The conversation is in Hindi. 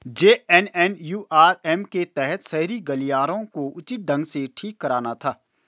जे.एन.एन.यू.आर.एम के तहत शहरी गलियारों को उचित ढंग से ठीक कराना था